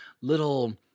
little